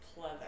Pleather